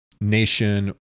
nation